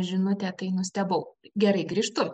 žinutė tai nustebau gerai grįžtu